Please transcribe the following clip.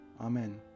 Amen